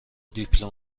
دیپلم